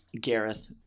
gareth